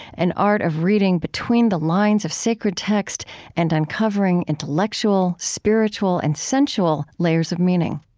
an art of reading between the lines of sacred text and uncovering intellectual, spiritual and sensual layers of meaning